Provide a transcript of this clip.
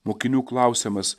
mokinių klausimas